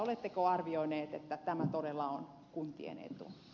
oletteko arvioineet että tämä todella on kuntien etu